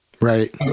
Right